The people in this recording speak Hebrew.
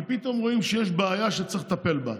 כי פתאום רואים שיש בעיה שצריך לטפל בה.